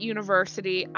University